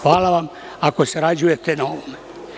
Hvala vam, ako sarađujete na ovome.